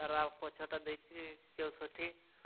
ତା'ର ଆଉ ପଛଟା ଦେଇଛି ଚଉଷଠି